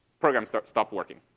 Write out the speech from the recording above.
programs stopped stopped working.